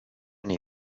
nei